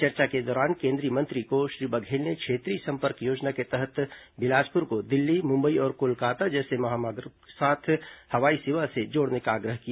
चर्चा के दौरान केंद्रीय मंत्री को श्री बघेल ने क्षेत्रीय संपर्क योजना के तहत बिलासपुर को दिल्ली मुंबई और कोलकाता जैसे महानगरों के साथ हवाई सेवा से जोड़ने का आग्रह किया